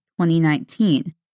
2019